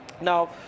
Now